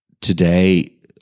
today